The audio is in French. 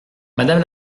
madame